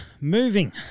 moving